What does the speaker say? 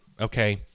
okay